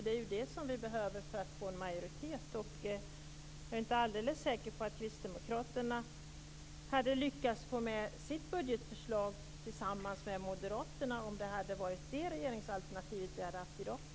Det behövs ju för att vi skall få en majoritet. Jag är inte alldeles säker på att Kristdemokraterna hade lyckats få igenom sitt budgetförslag tillsammans med Moderaterna om vi hade haft det regeringsalternativet i dag.